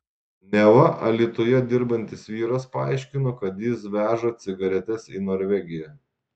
neva alytuje dirbantis vyras paaiškino kad jis veža cigaretes į norvegiją